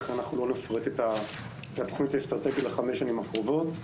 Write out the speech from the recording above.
לכן לא נפרט את התוכנית האסטרטגית לחמש השנים הקרובות.